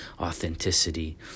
authenticity